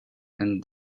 and